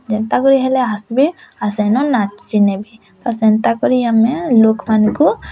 ଯେନ୍ତା କରି ହେଲେ ଆସ୍ବେ ସେଇନ ନାଚି ନେବେ ତ ସେନ୍ତା କରି ଆମେ ଲୋକମାନଙ୍କୁ